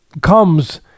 comes